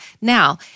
now